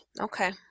Okay